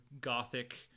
Gothic